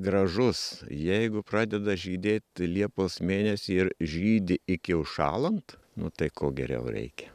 gražus jeigu pradeda žydėti liepos mėnesį ir žydi iki užšąlant nu tai ko geriau reikia